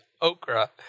okra